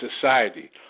society